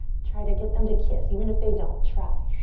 try to get them to kiss. even if they don't, try.